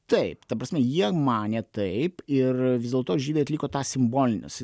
taip ta prasme jie manė taip ir vis dėlto žydai atliko tą simbolines